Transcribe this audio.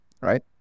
right